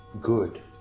Good